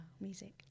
music